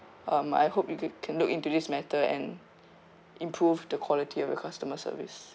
um I hope you can can look into this matter and improve the quality of your customer service